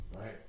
Right